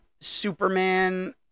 Superman